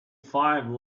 five